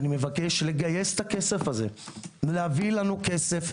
מבקש לגייס את הכסף הזה ולהביא לנו כסף